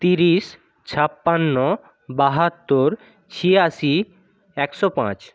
তিরিশ ছাপ্পান্ন বাহাত্তর ছিয়াশি একশো পাঁচ